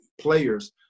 players